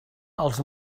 els